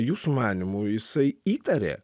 jūsų manymu jisai įtarė